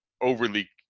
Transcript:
overly